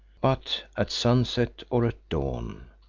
but at sunset or at dawn,